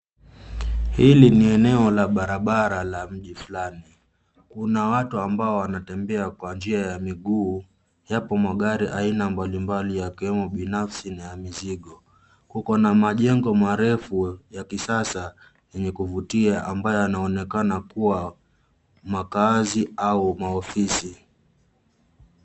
Hili ni eneo la barabara la mji fulani. Kuna watu ambao wanatembea kwa njia ya miguu japo magari aina mbalimbali yakiwemo ya binafsi na mizigo. Kuko na majengo marefu ya kisasa yenye kuvutia ambayo yanaonekana kuwa makaazi au maofisi.